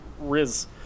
Riz